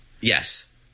Yes